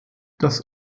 das